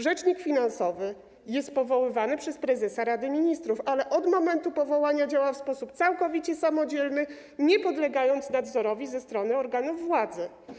Rzecznik finansowy jest powoływany przez prezesa Rady Ministrów, ale od momentu powołania działa w sposób całkowicie samodzielny, nie podlegając nadzorowi ze strony organów władzy.